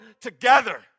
together